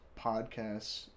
podcasts